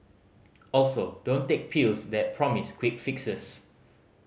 also don't take pills that promise quick fixes